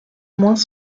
moins